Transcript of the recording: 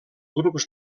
grups